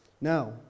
Now